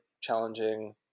challenging